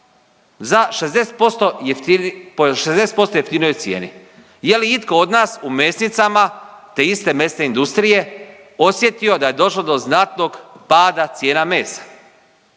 po 60% jeftinijoj cijeni. Je li itko od nas u mesnicama te iste mesne industrije osjetio da je došlo do znatnog pada cijena mesa?